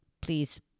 please